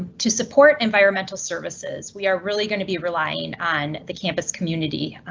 to support environmental services, we are really gonna be relying on the campus community.